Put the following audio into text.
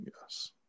Yes